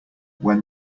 when